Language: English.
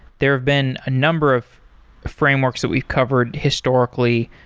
there've been a number of frameworks that we've covered historically,